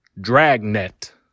Dragnet